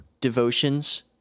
devotions